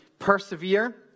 persevere